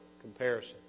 comparison